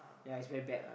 ya it's very bad lah